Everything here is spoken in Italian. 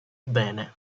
bene